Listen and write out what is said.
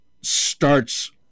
starts